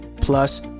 plus